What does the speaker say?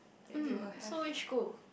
mm so which school